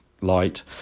light